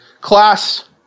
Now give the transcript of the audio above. class